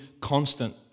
constant